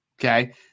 Okay